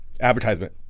advertisement